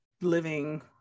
living